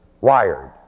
Wired